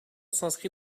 s’inscrit